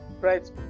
right